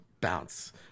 bounce